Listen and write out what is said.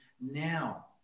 now